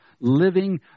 living